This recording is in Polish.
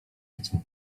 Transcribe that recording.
chcę